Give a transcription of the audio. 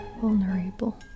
vulnerable